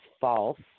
false